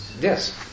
yes